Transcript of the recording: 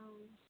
ம்